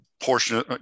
portion